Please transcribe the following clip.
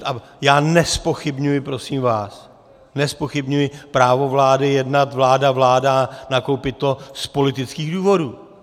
A já nezpochybňuji, prosím vás, nezpochybňuji právo vlády jednat vláda vláda, nakoupit to z politických důvodů.